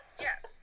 yes